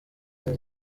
neza